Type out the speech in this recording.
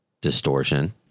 Distortion